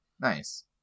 Nice